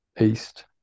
east